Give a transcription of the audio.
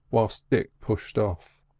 whilst dick pushed off.